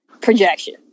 projection